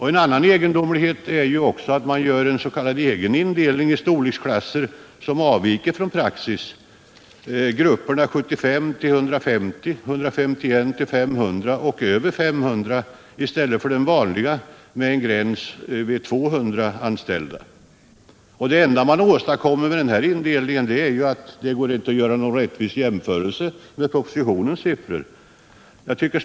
En annan egendomlighet är att man gör en ”egen” indelning i storleksklasser som helt avviker från praxis. Den består av grupper på 75-150, 150-500 och över 500, i stället för den vanliga gränsen på 200 anställda. Det enda man åstadkommer med denna indelning är att det inte går att göra någon rättvis jämförelse med propositionens siffror.